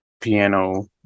piano